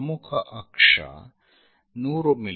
ಪ್ರಮುಖ ಅಕ್ಷ 100 ಮಿ